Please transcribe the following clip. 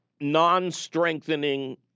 non-strengthening